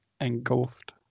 engulfed